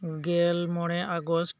ᱜᱮᱞ ᱢᱚᱬᱮ ᱟᱜᱚᱥᱴ